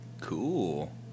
Cool